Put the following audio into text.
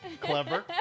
clever